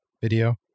video